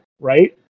right